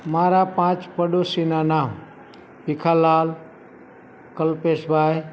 મારા પાંચ પાડોશીનાં નામ ભીખાલાલ કલ્પેશભાઈ